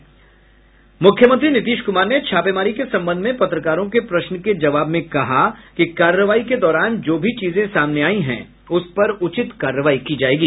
इधर मुख्यमंत्री नीतीश कुमार ने छापेमारी के संबंध में पत्रकारों के प्रश्न के जवाब में कहा कि कार्रवाई के दौरान जो भी चीजें सामने आयी हैं उस पर उचित कार्रवाई की जायेगी